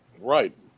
Right